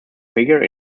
figure